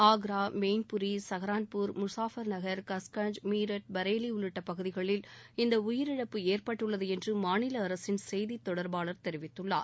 ஆக்ரா மெய்ன்புரி சஹரான்பூர் முஸாபர்நகர் கஸ்கஞ்ச் மீரட் பரேலி உள்ளிட்ட பகுதிகளில் இந்த உயிரிழப்பு ஏற்பட்டுள்ளது என்று மாநில அரசின் செய்தித்தொடர்பாளர் தெரிவித்துள்ளார்